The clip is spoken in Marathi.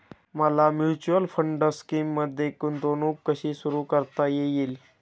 मला म्युच्युअल फंड स्कीममध्ये गुंतवणूक कशी सुरू करता येईल?